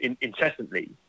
incessantly